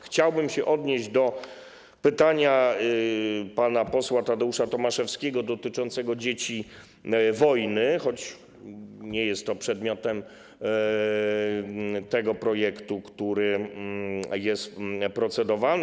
Chciałbym się też odnieść do pytania pana posła Tadeusza Tomaszewskiego dotyczącego dzieci wojny, choć nie jest to przedmiotem tego projektu, który jest procedowany.